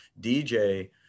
DJ